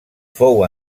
fou